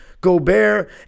Gobert